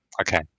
Okay